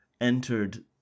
entered